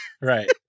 Right